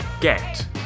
get